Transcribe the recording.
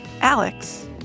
Alex